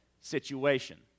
situation